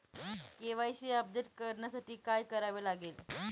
KYC update करण्यासाठी काय करावे लागेल?